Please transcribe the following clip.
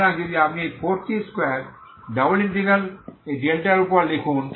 সুতরাং যদি আপনি এই 4c স্কোয়ার ডাবল ইন্টেগ্রাল এই ডেল্টা উপর লিখুন